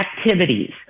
activities